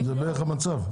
זה בערך המצב.